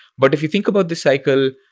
but if you think about this cycle,